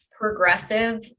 progressive